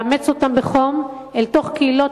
לאמץ אותם בחום אל תוך קהילות,